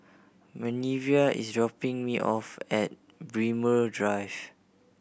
Minervia is dropping me off at Braemar Drive